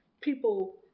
people